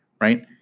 right